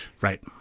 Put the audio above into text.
right